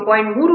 32 ಆಗಿದೆ